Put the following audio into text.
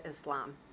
Islam